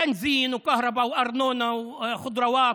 בנזין וחשמל וארנונה וירקות